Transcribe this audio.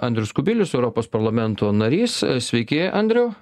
andrius kubilius europos parlamento narys sveiki andriau